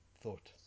thought